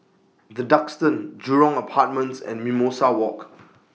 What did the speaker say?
The Duxton Jurong Apartments and Mimosa Walk